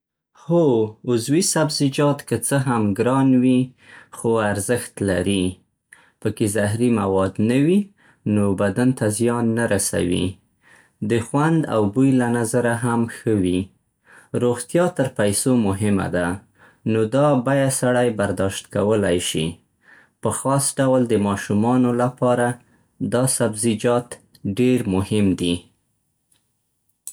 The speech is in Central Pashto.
هو، عضوي سبزیجات که څه هم ګران وي، خو ارزښت لري. پکې زهري مواد نه وي، نو بدن ته زیان نه رسوي. د خوند او بوی له نظره هم ښه وي. روغتیا تر پیسو مهمه ده، نو دا بیه سړی برداشت کولی شي. په خاص ډول د ماشومانو لپاره دا سبزیجات ډېر مهم دي.